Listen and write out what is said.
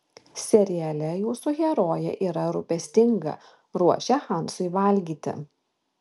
seriale jūsų herojė yra rūpestinga ruošia hansui valgyti